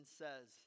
says